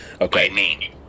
Okay